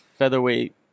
featherweight